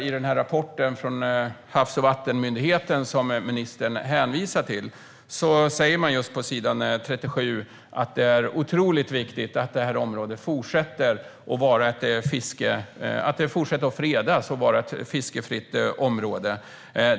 I rapporten från Havs och vattenmyndigheten som ministern hänvisar till säger man på s. 37 att det är otroligt viktigt att det här området fortsätter att fredas och att det fortsätter att vara ett fiskefritt område.